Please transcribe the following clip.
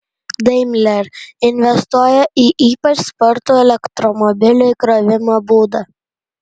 daimler investuoja į ypač spartų elektromobilių įkrovimo būdą